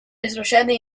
retrocede